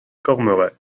cormeray